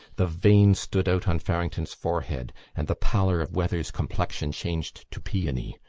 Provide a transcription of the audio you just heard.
the veins stood out on farrington's forehead, and the pallor of weathers' complexion changed to peony.